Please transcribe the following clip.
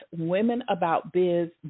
womenaboutbiz